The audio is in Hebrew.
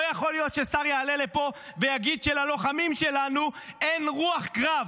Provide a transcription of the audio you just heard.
לא יכול להיות ששר יעלה לפה ויגיד שללוחמים שלנו אין רוח קרב.